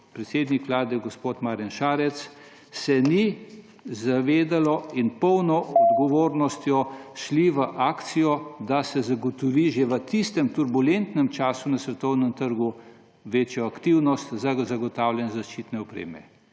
predsednik Vlade gospod Marjana Šarec, ni zavedalo, s polno odgovornostjo se je šlo v akcijo, da se zagotovi že v tistem turbulentnem času na svetovnem trgu večjo aktivnost za zagotavljanje zaščitne opreme.